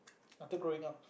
after growing up